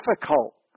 difficult